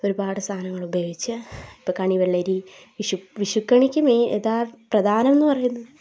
ഒരുപാട് സാധനങ്ങൾ ഉപയോഗിച്ച് ഇപ്പോൾ കണിവെള്ളരി വിഷു വിഷുക്കണിക്ക് മെ യഥാർത്ഥ പ്രധാനം എന്നു പറയുന്നത്